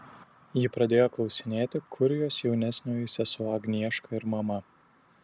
ji pradėjo klausinėti kur jos jaunesnioji sesuo agnieška ir mama